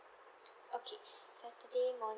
okay saturday morning